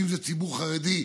ואם זה הציבור החרדי,